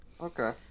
Okay